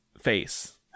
face